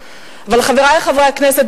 חברי חברי הכנסת,